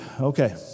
Okay